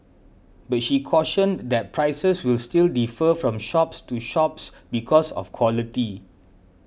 but she cautioned that prices will still defer from shops to shops because of quality